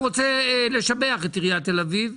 לשמוע כמה הם רוצים את לימודי הליבה גם עבור הבנים,